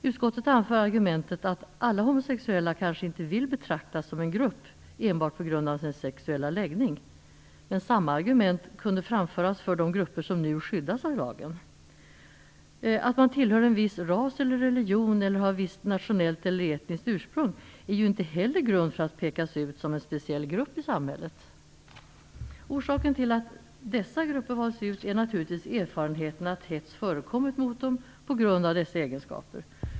Utskottet anför argumentet att alla homosexuella kanske inte vill betraktas som en grupp enbart på grund av sin sexuella läggning. Men samma argument kunde användas i fråga om de grupper som nu skyddas av lagen. Att man tillhör en viss ras eller religion eller har ett visst nationellt eller etniskt ursprung är ju inte heller grund för att pekas ut som en speciell grupp i samhället. Orsaken till att dessa grupper har valts ut är naturligtvis erfarenheterna av att hets har förekommit mot dem på grund av dessa egenskaper.